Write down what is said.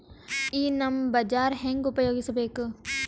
ಈ ನಮ್ ಬಜಾರ ಹೆಂಗ ಉಪಯೋಗಿಸಬೇಕು?